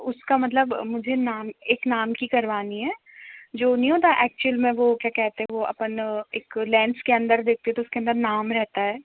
उसका मतलब मुझे नाम एक नाम की करवानी हैं जो नहीं होता हैं एक्चुअल में वह क्या कहते हैं वह अपन एक लेंस के अन्दर देखते हैं तो उसके अन्दर नाम रहता है